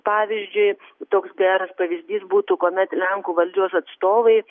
pavyzdžiui toks geras pavyzdys būtų kuomet lenkų valdžios atstovai